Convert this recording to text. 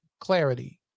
clarity